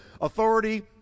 authority